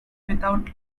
without